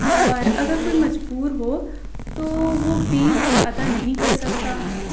اور اگر کوئی مجبور ہو تو وہ فیس ادا نہیں کر سکتا